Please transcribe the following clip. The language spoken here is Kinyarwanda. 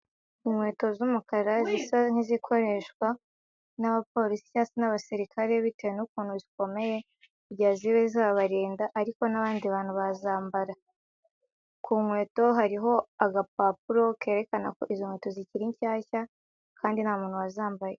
inkweto z'umukara zisa nk'izikoreshwa n'abapolisi cyangwa se n'abasirikare bitewe n'ukuntu zikomeye kujya zibe zabarinda ariko n'abandi bantu bazambara, ku nkweto hariho agapapuro kerekana ko izo nkweto zikiri nshyashya kandi nta muntu wazambaye.